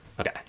Okay